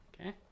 Okay